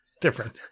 Different